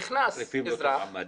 נכנס אזרח,